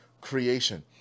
creation